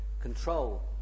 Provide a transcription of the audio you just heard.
control